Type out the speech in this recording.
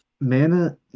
Mana